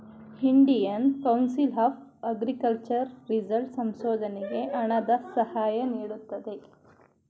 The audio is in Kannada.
Indian council of agriculture result ಸಂಶೋಧನೆಗೆ ಹಣದ ಸಹಾಯ ನೀಡುತ್ತದೆ